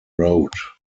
road